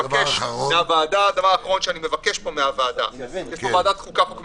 הדבר האחרון שאני מבקש מוועדת החוקה,